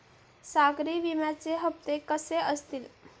सागरी विम्याचे हप्ते कसे असतील?